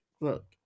Look